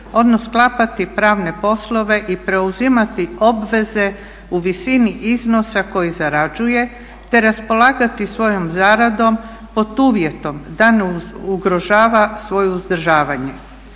odnosno sklapati pravne poslove i preuzimati obveze u visini iznosa koji zarađuje, te raspolagati svojom zaradom pod uvjetom da ne ugrožava svoje uzdržavanje.